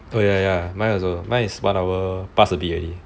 oh ya ya mine is one hour pass a bit already